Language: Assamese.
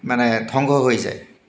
মানে ধংশ হৈ যায়